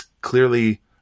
clearly